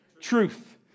truth